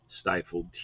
stifled